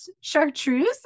chartreuse